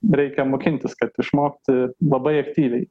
reikia mokintis kad išmokti labai aktyviai